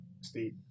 Steve